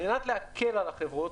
על מנת להקל על החברות,